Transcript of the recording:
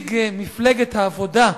נציג מפלגת העבודה,